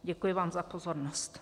Děkuji vám za pozornost.